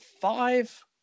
five